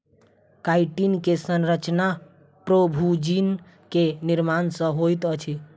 chitin के संरचना प्रोभूजिन के निर्माण सॅ होइत अछि